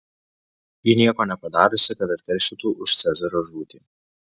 ji nieko nepadariusi kad atkeršytų už cezario žūtį